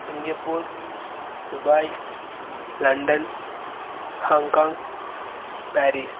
Singapore Dubai London Hong Kong Paris